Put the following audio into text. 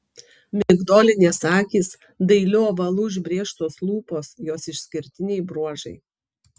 migdolinės akys dailiu ovalu užbrėžtos lūpos jos išskirtiniai bruožai